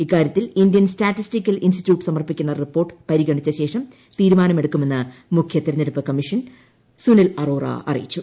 ഇക്കാര്യത്തിൽ Indian Statistical Institute സമർപ്പിക്കുന്ന report പരിഗണിച്ചശേഷം തീരുമാനമെടുക്കുമെന്ന് മുഖ്യ തെരഞ്ഞെട്ടുപ്പ് കമ്മീഷൻ സുനിൽ അറോറ അറിയിച്ചു